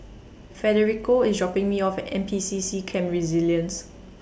Federico IS dropping Me off At N P C C Camp Resilience